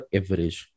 average